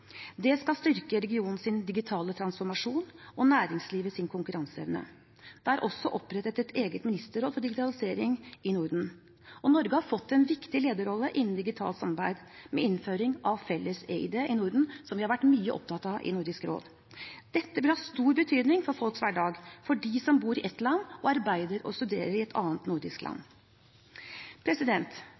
Det skal styrke regionens digitale transformasjon og næringslivets konkurranseevne. Det er også opprettet et eget ministerråd for digitalisering i Norden, og Norge har fått en viktig lederrolle innen digitalt samarbeid, med innføring av en felles eID i Norden, som vi har vært mye opptatt av i Nordisk råd. Dette vil ha stor betydning for folks hverdag, for dem som bor i ett land og arbeider eller studerer i et annet nordisk land.